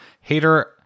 hater